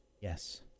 Yes